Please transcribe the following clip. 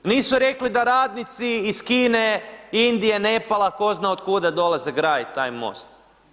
Nisu rekli da radnici iz Kine, Indije, Nepala, tko zna od kuda dolaze graditi taj most.